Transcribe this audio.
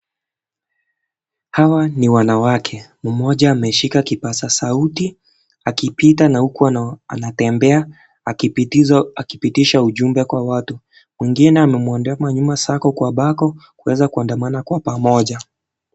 Hawa ni wanawake, mmoja ameshika kipasa sauti akipita na huku anatembea akipitizwa akipitisha ujumbe kwa watu, mwingine amemwandama nyuma sako kwa bako kueza kuandamana kwa pamoja.